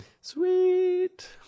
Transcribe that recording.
sweet